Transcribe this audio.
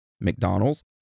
McDonald's